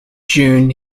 june